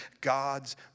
God's